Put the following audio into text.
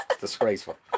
disgraceful